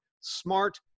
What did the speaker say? smart